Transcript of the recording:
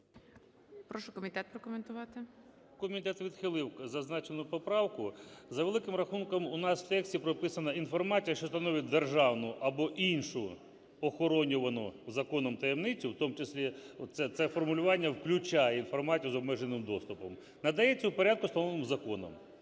Прошу комітет прокоментувати. 11:26:01 КУПРІЄНКО О.В. Комітет відхилив зазначену поправку. За великим рахунком у нас в тексті прописано "інформація, що становить державну або іншу охоронювану законом таємницю" – у тому числі це формулювання включає інформацію з обмеженим доступом – "надається в порядку, встановленому законом".